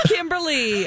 Kimberly